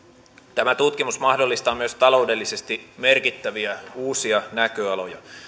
tämä tutkimus mahdollistaa myös taloudellisesti merkittäviä uusia näköaloja